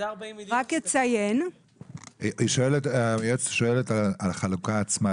היועצת המשפטית שואלת על החלוקה עצמה,